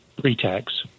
pre-tax